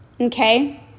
Okay